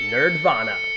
Nerdvana